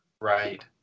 right